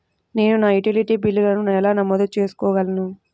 నేను నా యుటిలిటీ బిల్లులను ఎలా నమోదు చేసుకోగలను?